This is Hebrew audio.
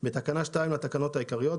בתקנה 2 לתקנות העיקריות,